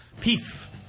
Peace